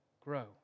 grow